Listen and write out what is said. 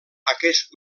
aquest